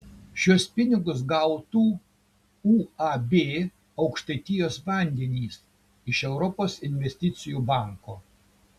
šiuos pinigus gautų uab aukštaitijos vandenys iš europos investicijų banko